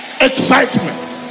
excitement